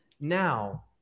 now